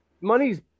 Money's